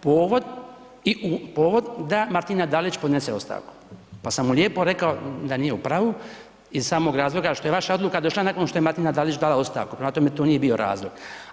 povod i u, povod da Martina Dalić podnese ostavku, pa sam mu lijepo rekao da nije u pravu iz samog razloga što je vaša odluka došla nakon što je Martina Dalić dala ostavku, prema tome, to nije bio razlog.